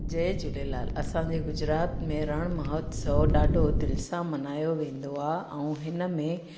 जय झूलेलाल असांजे गुजरात में रण महोत्सव ॾाढो दिलि सां मनायो वेंदो आहे ऐं हिन में